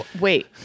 wait